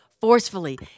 forcefully